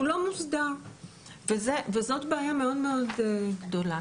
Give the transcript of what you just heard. הוא לא מוסדר וזו בעיה מאוד גדולה.